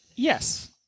Yes